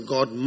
God